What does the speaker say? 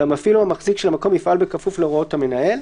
והמפעיל או המחזיק של המקום יפעל בכפוף להוראות המנהל".